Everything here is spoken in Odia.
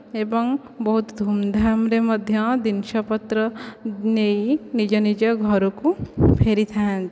ଏବଂ ବହୁତ ଧୁମ୍ ଧାମ୍ ରେ ମଧ୍ୟ ଜିନିଷ ପତ୍ର ନେଇ ନିଜ ନିଜ ଘରକୁ ଫେରିଥାନ୍ତି